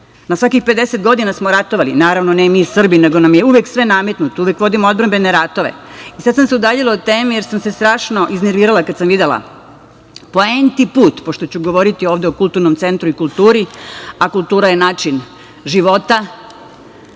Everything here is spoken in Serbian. svakih 50 godina smo ratovali, naravno ne mi Srbi, nego nam je uvek sve nametnuto, uvek vodimo odbrambene ratove. Sad sam se udaljila od teme, jer sam se strašno iznervirala kada sam videla. Po enti put, pošto ću govoriti ovde o kulturnom centru i kulturi, a kultura je način života,